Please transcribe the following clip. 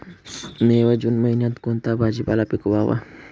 मे व जून महिन्यात कोणता भाजीपाला पिकवावा?